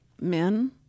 men